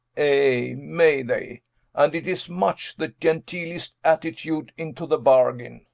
ay may they and it is much the genteelest attitude into the bargain.